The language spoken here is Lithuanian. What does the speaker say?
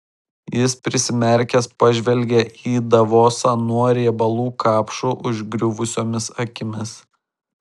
jis prisimerkęs pažvelgė į davosą nuo riebalų kapšų užgriuvusiomis akimis